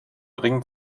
ring